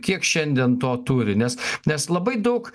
kiek šiandien to turi nes nes labai daug